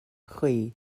chwi